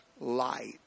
light